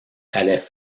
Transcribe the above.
allaient